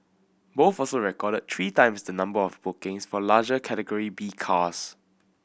both also recorded three times the number of bookings for larger Category B cars